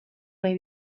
nahi